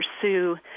pursue